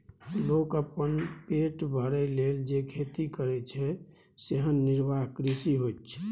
लोक अपन पेट भरय लेल जे खेती करय छै सेएह निर्वाह कृषि होइत छै